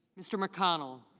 mr. mcconnell.